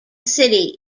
city